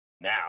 now